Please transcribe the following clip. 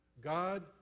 God